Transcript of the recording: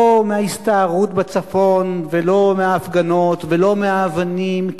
לא מההסתערות בצפון ולא מההפגנות ולא מהאבנים,